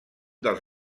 dels